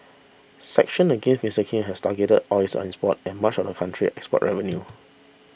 sanctions against Mister Kim has targeted oils and sports and much of the country's export revenue